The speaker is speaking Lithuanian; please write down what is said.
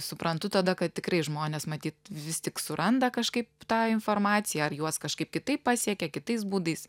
suprantu tada kad tikrai žmonės matyt vis tik suranda kažkaip tą informaciją ar juos kažkaip kitaip pasiekia kitais būdais